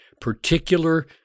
particular